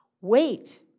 Wait